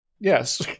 Yes